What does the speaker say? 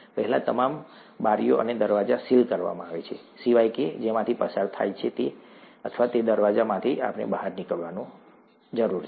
પહેલા તમામ બારીઓ અને દરવાજા સીલ કરવામાં આવે છે સિવાય કે જેમાંથી પસાર થાય છે અથવા જે દરવાજામાંથી આપણે બહાર નીકળવાની જરૂર છે